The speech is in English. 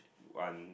one